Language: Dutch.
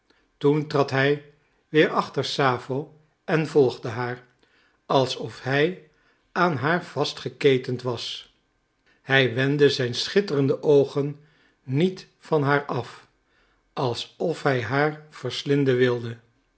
toen trad hij weer achter sappho en volgde haar alsof hij aan haar vastgeketend was hij wendde zijn schitterende oogen niet van haar af alsof hij haar verslinden wilde